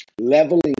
leveling